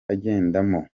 agendamo